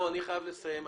אני חייב לסיים.